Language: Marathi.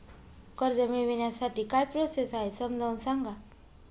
कर्ज मिळविण्यासाठी काय प्रोसेस आहे समजावून सांगा